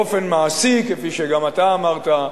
באופן מעשי, כפי שגם אתה אמרת,